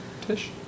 Tish